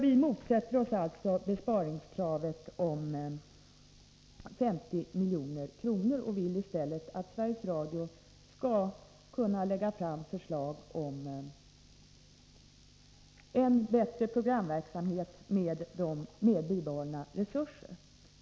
Vi motsätter oss alltså kravet på besparingar på 50 milj.kr. och vill i stället att Sveriges Radio skall kunna lägga fram förslag om en bättre programverksamhet med bibehållna resurser.